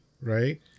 right